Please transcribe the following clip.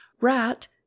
rat